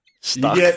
Stop